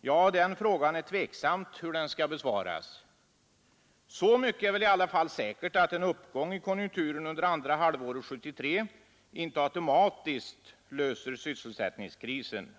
Ja, hur den frågan skall besvaras är tveksamt. Så mycket är väl i alla fall säkert som att en uppgång i konjunkturen under andra halvåret 1973 inte automatiskt löser sysselsättningskrisen.